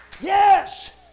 yes